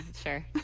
sure